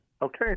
Okay